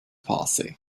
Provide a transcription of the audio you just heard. policy